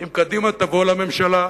אם קדימה תבוא לממשלה,